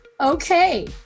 okay